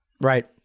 Right